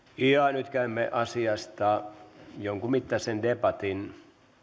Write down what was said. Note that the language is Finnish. nyt käymme asiasta jonkunmittaisen debatin